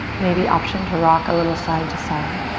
maybe option to rock a little side to side.